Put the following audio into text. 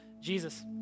Jesus